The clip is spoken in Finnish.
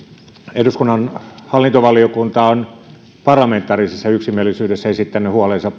eduskunnan hallintovaliokunta on parlamentaarisessa yksimielisyydessä esittänyt huolensa